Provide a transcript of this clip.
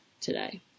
today